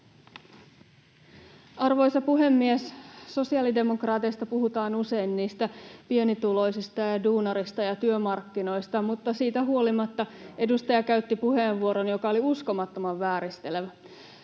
Arvoisa puhemies! Sosiaalidemokraateissa puhutaan usein niistä pienituloisista ja duunareista ja työmarkkinoista, [Aki Lindén: Ihan oikein!] mutta siitä huolimatta edustaja käytti puheenvuoron, joka oli uskomattoman vääristelevä.